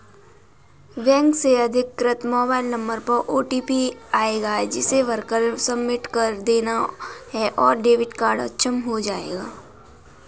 bank से अधिकृत mobile number पर ओटीपी आएगा जिसे भरकर सबमिट कर देना है और डेबिट कार्ड अक्षम हो जाएगा